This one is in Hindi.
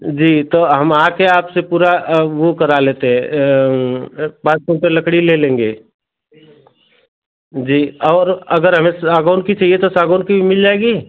जी तो हम आकर आपसे पूरा वह करा लेते पाँच कुंटल लकड़ी ले लेंगे जी और अगर हमें सागवान की चाहिए तो सागवन की भी मिल जाएगी